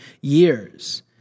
years